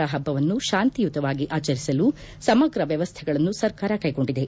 ಾ ಹಬ್ಬವನ್ನು ಶಾಂತಿಯುತವಾಗಿ ಆಚರಿಸಲು ಸಮಗ್ರ ವ್ವವಸ್ಥೆಗಳನ್ನು ಸರ್ಕಾರ ಕೈಗೊಂಡಿದೆ